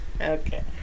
Okay